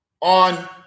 on